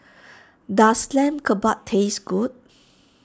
does Lamb Kebabs taste good